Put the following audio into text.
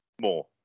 more